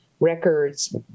records